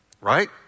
right